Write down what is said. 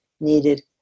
needed